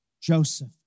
Joseph